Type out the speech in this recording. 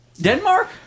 denmark